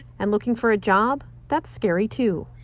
and looking for a job, that's scary too.